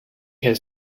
has